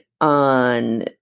on